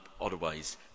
otherwise